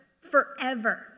forever